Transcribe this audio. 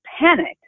panicked